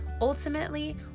Ultimately